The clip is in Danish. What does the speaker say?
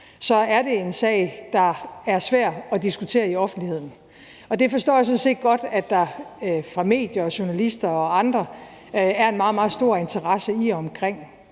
er det en sag, der er svær at diskutere i offentligheden. Det forstår jeg sådan set godt at der fra medier og journalister og andre er en meget, meget stor interesse i og omkring.